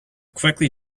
quickly